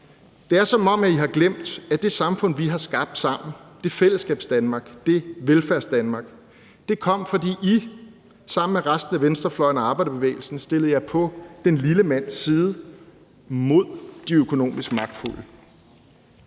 Det er, som om I har glemt, at det samfund, vi har skabt sammen, det Fællesskabsdanmark, det Velfærdsdanmark, kom, fordi I sammen med resten af venstrefløjen og arbejderbevægelsen stillede jer på den lille mands side mod de økonomisk magtfulde.